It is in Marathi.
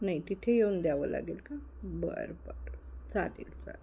नाही तिथे येऊन द्यावं लागेल का बरं बरं चालेल चालेल